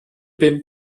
been